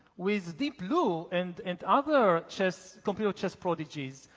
with deep blue and and other chess computer chess prodigies,